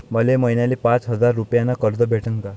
मले महिन्याले पाच हजार रुपयानं कर्ज भेटन का?